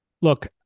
Look